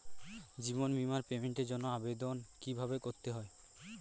জীবন বীমার পেমেন্টের জন্য আবেদন কিভাবে করতে হয়?